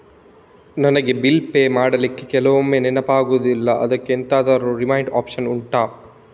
ನನಗೆ bill pay ಮಾಡ್ಲಿಕ್ಕೆ ಕೆಲವೊಮ್ಮೆ ನೆನಪಾಗುದಿಲ್ಲ ಅದ್ಕೆ ಎಂತಾದ್ರೂ ರಿಮೈಂಡ್ ಒಪ್ಶನ್ ಉಂಟಾ